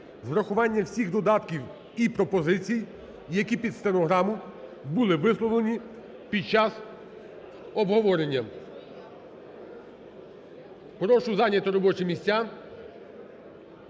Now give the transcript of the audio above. врахуванням всіх додатків і пропозицій, які під стенограму були висловлені під час обговорення. Прошу зайняти робочі місця,